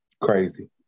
Crazy